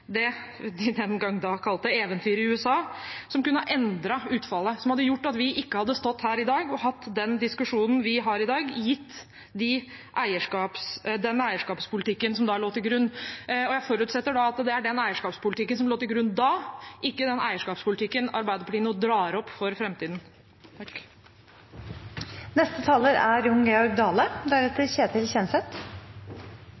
det de den gang kalte eventyret i USA, som kunne ha endret utfallet, og som hadde gjort at vi ikke hadde stått her i dag og hatt den diskusjonen vi har i dag, gitt den eierskapspolitikken som da lå til grunn? Jeg forutsetter da at det er den eierskapspolitikken som lå til grunn da, ikke den eierskapspolitikken Arbeiderpartiet nå drar opp for framtiden. Eg skulle nok ein gong ønskje eg kunne halde meg berre til utgreiinga, som er